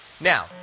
now